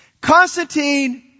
Constantine